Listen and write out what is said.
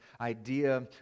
idea